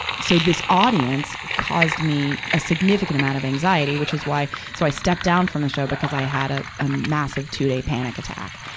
so this audience caused me a significant amount of anxiety, which is why so i stepped down from the show because i had ah a massive two-day panic attack.